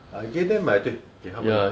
I gave them my c~ 给他们